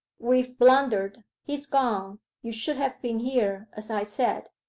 we've blundered he's gone you should have been here, as i said!